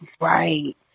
Right